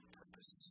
purpose